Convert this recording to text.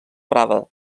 prada